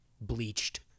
bleached